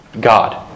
God